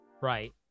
Right